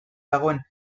dagoen